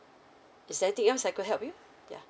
is there anything else I could help you yeah